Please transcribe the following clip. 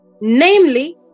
namely